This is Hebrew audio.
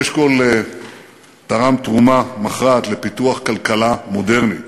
אשכול תרם תרומה מכרעת לפיתוח כלכלה מודרנית.